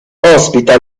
ospita